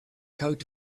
coat